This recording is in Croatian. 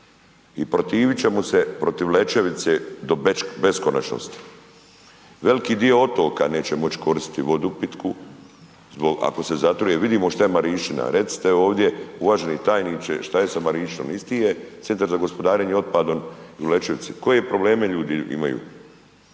I protivit ćemo se protiv Lečevice do beskonačnosti. Veliki dio otoka neće moći koristiti vodu pitku, ako se zatruje, vidimo šta je Marinščina, recite ovdje uvaženi tajniče šta je sa Marinščinom? Isti je CGO u Lečevici, koje probleme ljudi imaju.